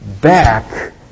Back